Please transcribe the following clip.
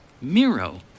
Miro